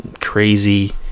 crazy